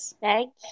Thank